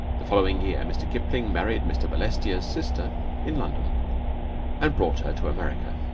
the following year mr. kipling married mr. balestier's sister in london and brought her to america.